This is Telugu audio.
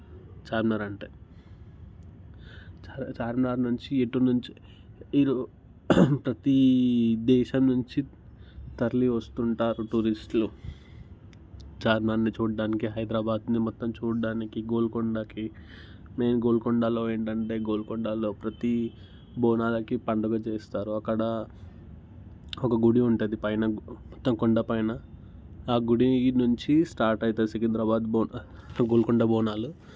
చార్మినార్ అంటే చార్మినార్ నుంచి ఎటు నుంచి ప్రతి దేశం నుంచి తరలి వస్తుంటారు టూరిస్టులు చార్మినార్ని చూడడానికి హైదరాబాద్ నుండి మొత్తం చూడడానికి గోల్కొండకి మెయిన్ గోల్కొండలో ఏంటంటే గోల్కొండలో ప్రతి బోనాలకి పండుగ చేస్తారు అక్కడ ఒక గుడి ఉంటుంది పైన మొత్తం కొండపైన ఆ గుడి నుంచి స్టార్ట్ అవుతుంది సికింద్రాబాద్ బోనాలు గోల్కొండ బోనాలు